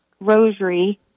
rosary